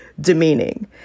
demeaning